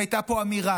אם הייתה פה אמירה: